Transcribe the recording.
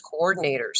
coordinators